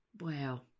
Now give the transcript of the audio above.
Wow